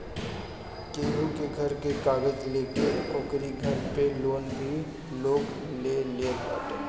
केहू के घर के कागज लेके ओकरी घर पे लोन भी लोग ले लेत बाटे